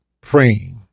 praying